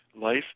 life